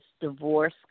divorce